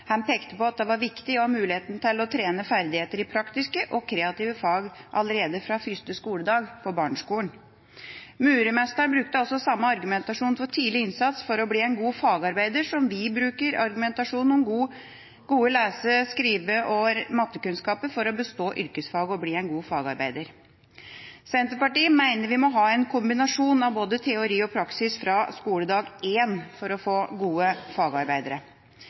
Han pekte på at det var viktig å ha mulighet til å trene ferdigheter i praktiske og kreative fag allerede fra første skoledag på barneskolen. Murmesteren brukte altså samme argumentasjon for tidlig innsats for å bli en god fagarbeider som vi bruker som argumentasjon for gode lese-, skrive- og mattekunnskaper for å bestå yrkesfag og bli en god fagarbeider. Senterpartiet mener vi må ha en kombinasjon av både teori og praksis fra skoledag én for å få gode fagarbeidere.